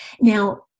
Now